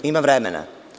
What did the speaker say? Ima vremena.